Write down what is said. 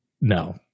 no